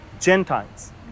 Gentiles